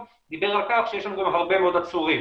דיבר על כך שיש לנו גם הרבה מאוד עצורים.